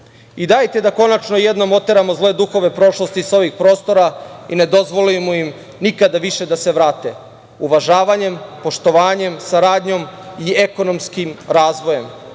ruke. Dajete da konačno jednom oteramo zle duhove prošlosti sa ovih prostora i ne dozvolimo im nikada više da se vrate, uvažavanjem, poštovanjem, saradnjom i ekonomskim razvojem,